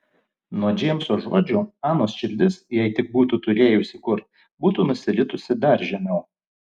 nuo džeimso žodžių anos širdis jei tik būtų turėjusi kur būtų nusiritusi dar žemiau